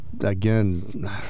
again